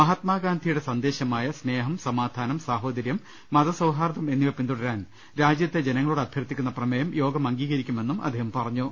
മഹാത്മാഗാന്ധിയുടെ സന്ദേശമായ സ്നേഹം സമാധാനം സാഹോദര്യം മതസൌഹാർദ്ദം എന്നിവ പിന്തുട രാൻ രാജ്യത്തെ ജനങ്ങളോട് അഭ്യർത്ഥിക്കുന്ന പ്രമേയം യോഗം അംഗീകരിക്കുമെന്നും അദ്ദേഹം പറഞ്ഞു